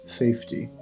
safety